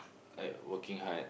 like working hard